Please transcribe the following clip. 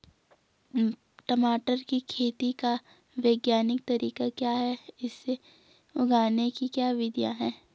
टमाटर की खेती का वैज्ञानिक तरीका क्या है इसे उगाने की क्या विधियाँ हैं?